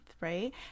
right